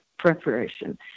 preparation